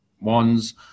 wands